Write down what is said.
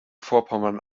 vorpommern